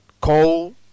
coal